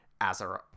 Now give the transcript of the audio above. Azeroth